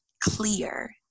clear